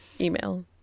email